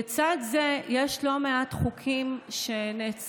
לצד זה יש לא מעט חוקים שנעצרו,